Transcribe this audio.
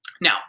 Now